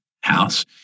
house